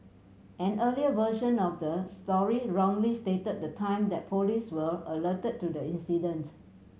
an earlier version of the story wrongly stated the time that police were alerted to the incident